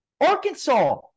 Arkansas